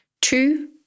Two